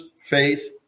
faith